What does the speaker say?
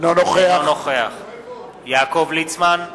אינו נוכח יעקב ליצמן,